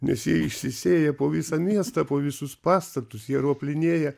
nes jie išsisėja po visą miestą po visus pastatus jie roplinėja